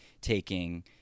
taking